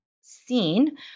seen